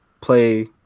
play